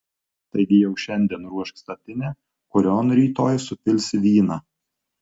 taigi jau šiandien ruošk statinę kurion rytoj supilsi vyną